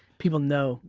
people know,